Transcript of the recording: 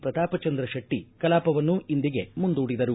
ಪ್ರತಾಪ ಚಂದ್ರ ಶೆಟ್ಟ ಕಲಾಪವನ್ನು ಇಂದಿಗೆ ಮುಂದೂಡಿದರು